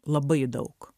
labai daug